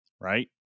right